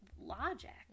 logic